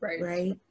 right